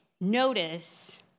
notice